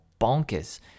bonkers